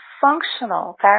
functional